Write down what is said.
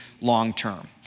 long-term